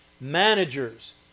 managers